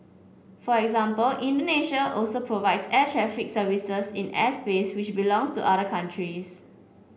for example Indonesia also provides air traffic services in airspace which belongs to other countries